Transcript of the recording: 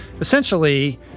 essentially